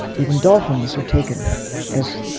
even dolphins are taken as